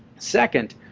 second,